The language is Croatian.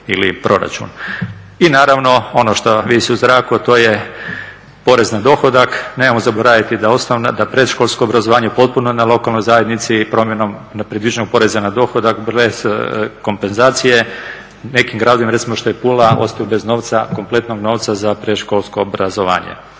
I naravno, ono što visi u zraku, a to je porez na dohodak, nemojmo zaboraviti da je predškolsko obrazovanje potpuno na lokalnoj zajednici promjenom nepredviđenog poreza na dohodak bez kompenzacije, u nekim gradovima, kao što je Pula, ostaju bez novca, kompletnog novca za predškolsko obrazovanje.